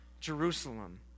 Jerusalem